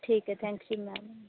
ਠੀਕ ਹੈ thank you ma'am